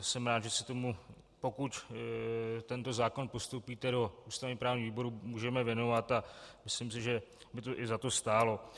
Jsem rád, že se tomu, pokud tento zákon postoupíte do ústavněprávního výboru, můžeme věnovat a myslím, že by to za to i stálo.